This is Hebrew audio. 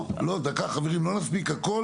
חברים אנחנו לא נספיק הכול.